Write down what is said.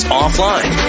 offline